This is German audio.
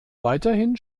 weiterhin